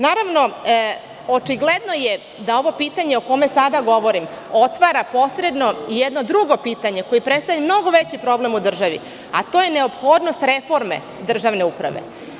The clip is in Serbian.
Naravno, očigledno je da ovo pitanje o kome sada govorim otvara posredno i jedno drugo pitanje, koje predstavlja mnogo veći problem u državi, a to je neophodnost reforme državne uprave.